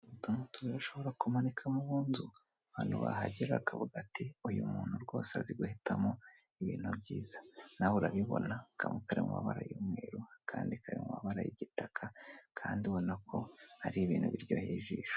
Utuntu tumye ushobora kumanika mu nzu abantu bahagera bakavuga ati, uyu muntu rwose azi guhitamo ibintu byiza . Nawe urabibona kamwe karimo amabara y'umweru, akandi karimo amabara y'igitaka kandi ubona ko ari ibintu biryoheye ijisho.